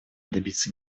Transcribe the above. добиться